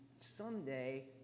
someday